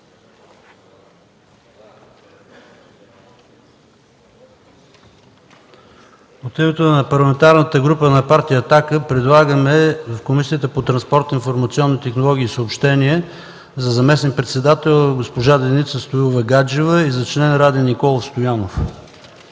От името на Парламентарната група на Партия „Атака“ предлагаме в Комисията по транспорт, информационни технологии и съобщения за заместник-председател – госпожа Деница Стоилова Гаджева, и за член – Ради Николов Стоянов.